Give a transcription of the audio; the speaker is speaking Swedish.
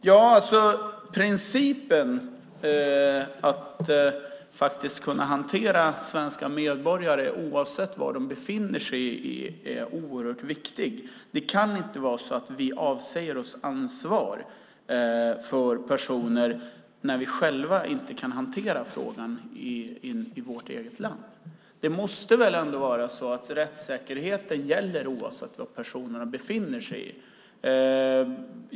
Fru talman! Principen att kunna hantera svenska medborgare oavsett var de befinner sig är oerhört viktig. Vi kan inte avsäga oss ansvar för personer när vi själva inte kan hantera frågan i vårt eget land. Rättssäkerheten måste ändå gälla oavsett var personen befinner sig.